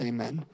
Amen